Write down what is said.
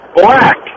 black